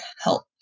help